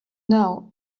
now